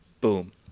boom